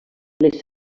les